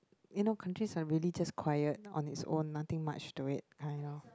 you know countries are really just quite on it's own nothing much it to kind of